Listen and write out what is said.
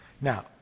Now